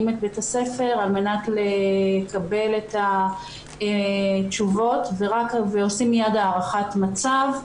את בית הספר על מנת לקבל תשובות ועושים מיד הערכת מצב.